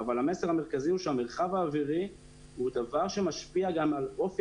אבל המסר המרכזי הוא שהמרחב האווירי הוא דבר שמשפיע גם על אופי